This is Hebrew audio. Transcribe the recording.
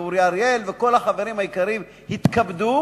ואורי אריאל וכל החברים היקרים התכבדו